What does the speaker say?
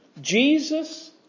Jesus